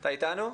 אתה איתנו?